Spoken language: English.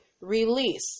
Release